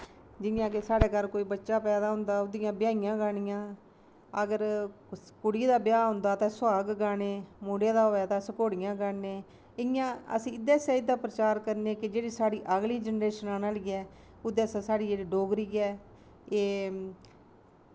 जियां के साढ़ै घर कोई बच्चा पैदा होंदा ओह्दियां बिहाइयां गानियां अगर कुड़ियें दा ब्याह् होंदा तां सुहाग गाने मुड़े दा होऐ तां अस घोड़ियां गान्ने इयां एह्दे आस्तै अस एह्दा प्रचार करने कि साढ़ी जेह्की अगली जनरेशन आने आह्ली ऐ ओह्दै आस्तै साढ़ी जेह्ड़ी डोगरी ऐ एह्